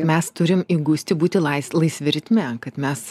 mes turim įgusti būti lais laisvi ritme kad mes